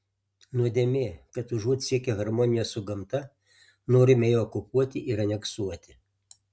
nuodėmė kai užuot siekę harmonijos su gamta norime ją okupuoti ir aneksuoti